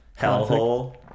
hellhole